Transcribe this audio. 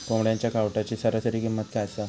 कोंबड्यांच्या कावटाची सरासरी किंमत काय असा?